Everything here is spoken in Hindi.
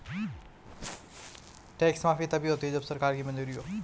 टैक्स माफी तभी होती है जब सरकार की मंजूरी हो